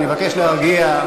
אני מבקש להרגיע.